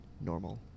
normal